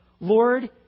Lord